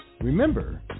Remember